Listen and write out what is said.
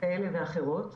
כאלה ואחרות.